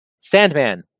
Sandman